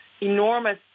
enormous